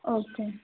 okay